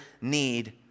need